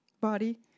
Body